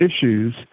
issues